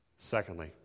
Secondly